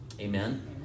Amen